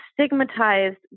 stigmatized